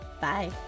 Bye